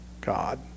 God